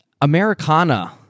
Americana